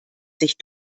sich